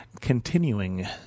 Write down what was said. Continuing